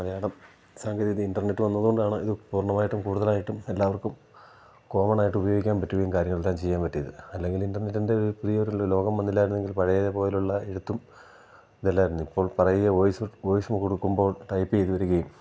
മലയാളം സാങ്കേതിക ഇൻ്റർനെറ്റ് വന്നതുകൊണ്ടാണ് ഇത് പൂർണ്ണമായിട്ടും കൂടുതലായിട്ടും എല്ലാവർക്കും കോമണായിട്ട് ഉപയോഗിക്കാൻ പറ്റുകയും കാര്യങ്ങളെല്ലാം ചെയ്യാൻ പറ്റിയത് അല്ലെങ്കിൽ ഇൻ്റർനെറ്റിൻ്റെ ഒരു പുതിയൊരു ലോകം വന്നില്ലായിരുന്നുവെങ്കിൽ പഴയതുപോലുള്ള എഴുത്തും ഇതല്ലായിരുന്നു ഇപ്പോൾ പറയുക വോയിസ്സ് വോയിസും കൊടുക്കുമ്പോൾ ടൈപ്പ് ചെയ്തു വരികയും